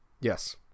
yes